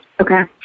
Okay